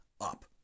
up